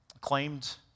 claimed